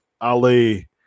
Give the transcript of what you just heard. Ali